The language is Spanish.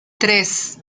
tres